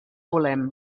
volem